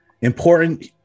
important